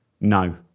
no